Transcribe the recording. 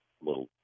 little